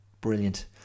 brilliant